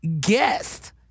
guest